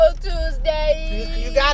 Tuesday